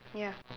ya